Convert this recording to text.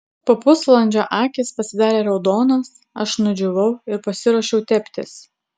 po pusvalandžio akys pasidarė raudonos aš nudžiūvau ir pasiruošiau teptis